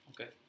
Okay